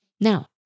Now